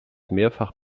mehrfach